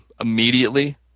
immediately